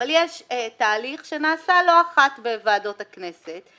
אבל יש תהליך שנעשה לא אחת בוועדות הכנסת,